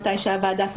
מתי שהוועדה תחליט.